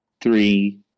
three